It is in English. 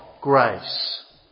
grace